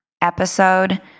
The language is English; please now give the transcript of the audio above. episode